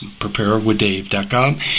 preparewithdave.com